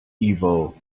evil